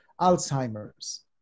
Alzheimer's